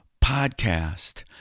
podcast